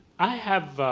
i have